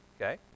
Okay